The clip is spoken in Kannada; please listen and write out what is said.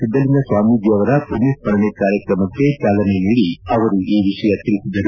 ಸಿದ್ದಲಿಂಗಸ್ವಾಮೀಜಿ ಅವರ ಪುಣ್ಣಸ್ಗರಣೆ ಕಾರ್ಯಕ್ರಮಕ್ಕೆ ಚಾಲನೆ ನೀಡಿ ಅವರು ಈ ವಿಷಯ ತಿಳಿಸಿದರು